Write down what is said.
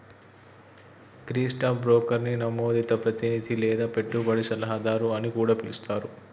గీ stock బ్రోకర్ని నమోదిత ప్రతినిధి లేదా పెట్టుబడి సలహాదారు అని కూడా పిలుస్తారు